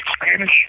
Spanish